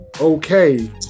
okay